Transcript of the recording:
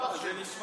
הוא הבוס שלו.